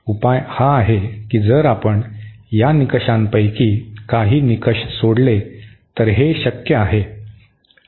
उपाय हा आहे की जर आपण या निकषांपैकी काही निकष सोडले तर हे शक्य आहे